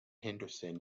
henderson